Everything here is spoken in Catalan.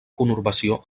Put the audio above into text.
conurbació